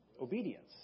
obedience